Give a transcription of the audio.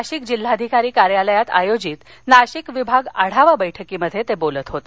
नाशिक जिल्हाधिकारी कार्यालयात आयोजित नाशिक विभाग आढावा बैठकीत ते बोलत होते